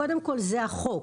קודם כל זה החוק.